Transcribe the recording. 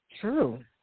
True